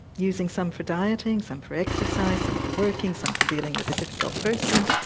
using some for dieting, some for exercise, some for working, some for dealing with a difficult person,